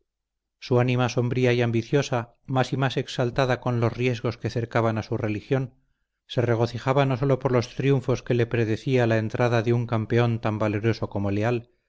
su alma sombría y ambiciosa más y más exaltada con los riesgos que cercaban a su religión se regocijaba no sólo por los triunfos que le predecía la entrada de un campeón tan valeroso como leal